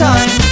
Time